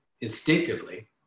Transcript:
instinctively